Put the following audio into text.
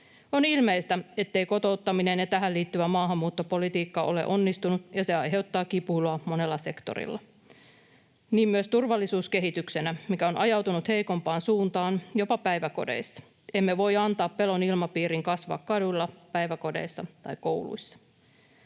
On ilmeistä, ettei kotouttaminen ja tähän liittyvä maahanmuuttopolitiikka ole onnistunut, ja se aiheuttaa kipuilua monella sektorilla, niin myös turvallisuuskehityksenä, mikä on ajautunut heikompaan suuntaan jopa päiväkodeissa. Emme voi antaa pelon ilmapiirin kasvaa kaduilla, päiväkodeissa tai kouluissa.